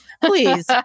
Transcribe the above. Please